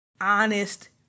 honest